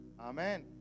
Amen